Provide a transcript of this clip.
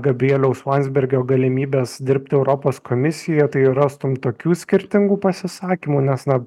gabrieliaus landsbergio galimybes dirbti europos komisijoje tai rastum tokių skirtingų pasisakymų nes na